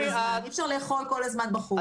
אי אפשר לאכול כל הזמן בחוץ.